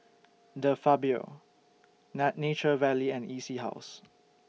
De Fabio Nature Valley and E C House